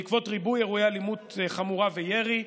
בעקבות ריבוי אירועי אלימות חמורה וירי,